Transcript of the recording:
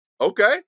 Okay